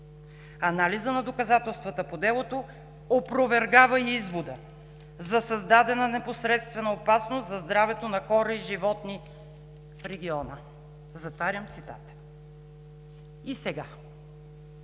Анализът на доказателствата по делото опровергава извода за създадена непосредствена опасност за здравето на хора и животни в региона.“ Затварям цитата. И сега,